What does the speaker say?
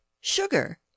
sugar